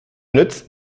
nützt